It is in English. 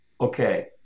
okay